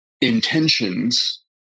intentions